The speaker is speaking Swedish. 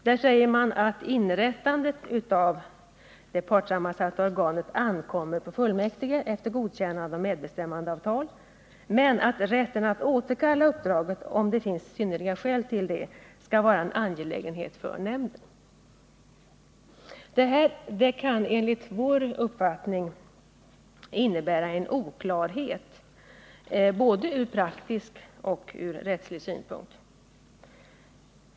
Där säger man att inrättandet av det partssammansatta organet ankommer på fullmäktige efter godkännande av medbestämmandeavtal men att rätten att återkalla uppdraget, om det finns synnerliga skäl till det, skall vara en angelägenhet för nämnden. Detta kan enligt vår mening innebära en oklarhet både ur praktisk och ur rättslig synpunkt.